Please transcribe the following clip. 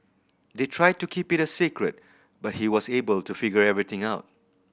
they tried to keep it a secret but he was able to figure everything out